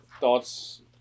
Thoughts